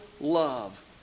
love